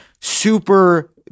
super